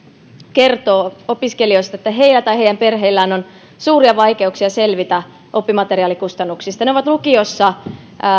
kertoo että heillä tai heidän perheillään on suuria vaikeuksia selvitä oppimateriaalikustannuksista ne ovat lukiossa